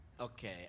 Okay